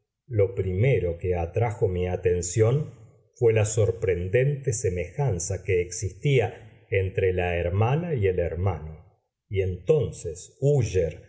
lo primero que atrajo mi atención fué la sorprendente semejanza que existía entre la hermana y el hermano y entonces